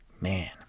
man